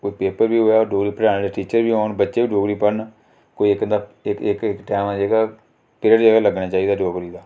कोई पेपर बी होऐ डोगरी पढ़ाने आह्ले टीचर बी होन बच्चे बी डोगरी पढ़न कोई इक अद्धा इक इक टैम जेह्का पीरियड जेह्का लग्गना चाहिदा डोगरी दा